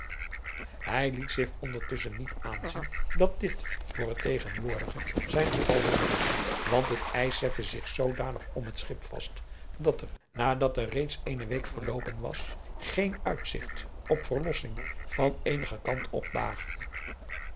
het liet zich ondertusschen niet aanzien dat dit voor het tegenwoordige zijn geval zou wezen want het ijs zette zich zoodanig om het schip vast dat er nadat er reeds eene week verloopen was geen uitzigt op verlossing van eenigen kant